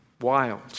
Wild